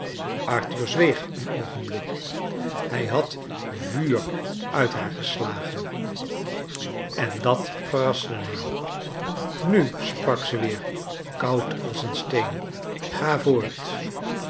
arthur zweeg een oogenblik hij had vuur uit haar geslagen en dat verraste hem nu sprak ze weer koud als een steen ga voort